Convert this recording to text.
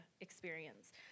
experience